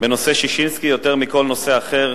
בנושא של ששינסקי יותר מבכל נושא אחר,